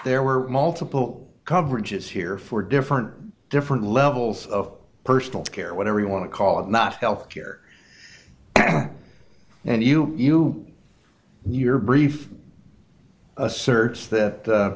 ere were multiple coverages here for different different levels of personal care whatever you want to call it not health care and you you your brief asserts that